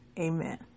Amen